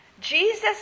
Jesus